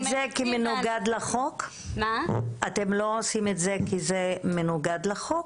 שאנחנו מריצים --- אתם לא עושים את זה כי זה מנוגד לחוק?